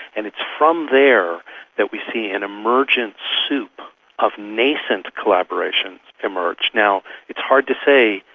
and it's from there that we see an emergent soup of nascent collaborations emerge. now, it's hard to say,